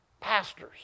pastors